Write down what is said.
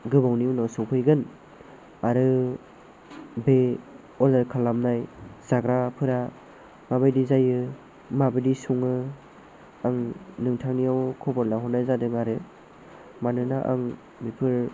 गोबावनि उनाव सफैगोन आरो बे अनलाइन खालामनाय जाग्राफोरा माबायदि जायो माबायदि सङो आं नोंथांनियाव ख'बर लाहरनाय जादों आरो मानोना आं बेफोर